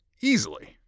easily